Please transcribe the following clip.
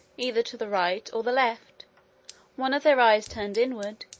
either to the right, or the left one of their eyes turned inward,